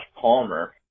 Palmer